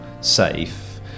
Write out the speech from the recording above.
safe